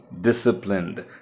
disciplined